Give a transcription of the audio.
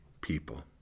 people